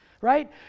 right